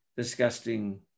disgusting